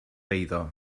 eiddo